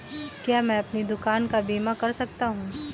क्या मैं अपनी दुकान का बीमा कर सकता हूँ?